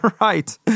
Right